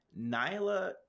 Nyla